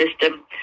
system